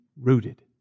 rooted